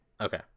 okay